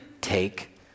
take